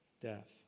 death